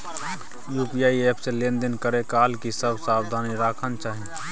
UPI app से लेन देन करै काल की सब सावधानी राखना चाही?